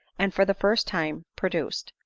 and for the first time, produced,